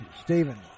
Stephen